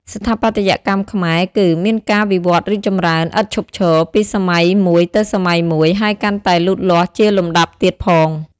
ស្ថាបត្យកម្មខ្មែរគឺ មានការវិវត្តរីកចម្រើន ឥតឈប់ឈរ ពី សម័យមួយទៅសម័យមួយ ហើយកាន់តែលូតលាស់ជាលំដាប់ទៀតផង ។